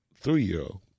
three-year-old